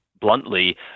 bluntly